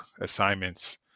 assignments